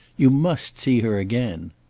you must see her again.